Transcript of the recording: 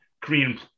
Korean